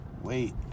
wait